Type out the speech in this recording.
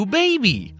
baby